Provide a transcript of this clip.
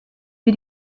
für